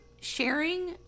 sharing